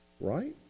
right